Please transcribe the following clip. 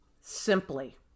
simply